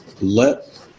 let